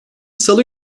salı